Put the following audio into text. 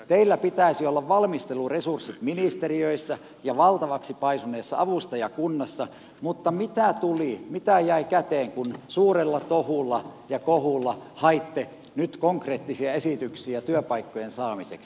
teillä pitäisi olla valmisteluresurssit ministeriöissä ja valtavaksi paisuneessa avustajakunnassa mutta mitä tuli mitä jäi käteen kun suurella tohulla ja kohulla haitte nyt konkreettisia esityksiä työpaikkojen saamiseksi